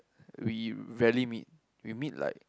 we rarely meet we meet like